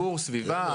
--- ציבור, סביבה.